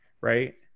right